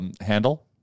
handle